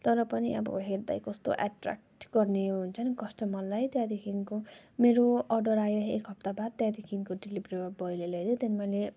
तर पनि अब हेर्दै कस्तो एट्राक्ट गर्ने हुन्छ नि कस्टमरलाई त्यहाँदेखिन्को मेरो अर्डर आयो एक हप्ता बाद त्यहाँदेखिन्को डेलिभरी बोयले ल्याइदियो त्यहाँदेखिन् मैले